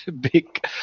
big